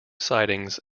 sidings